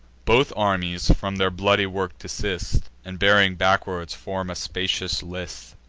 both armies from their bloody work desist, and, bearing backward, form a spacious list.